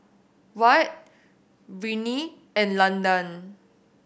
Wyatt Brittny and Landan